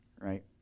Right